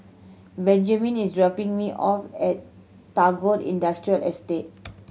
Benjamin is dropping me off at Tagore Industrial Estate